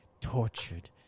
tortured